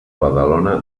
badalona